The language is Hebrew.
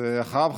אז אחריו,